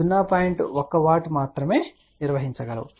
1 W మాత్రమే నిర్వహించగలవు